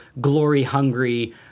glory-hungry